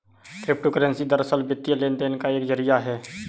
crypto currency दरअसल, वित्तीय लेन देन का एक जरिया है